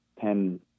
ten